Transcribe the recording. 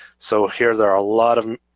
so here there are lot of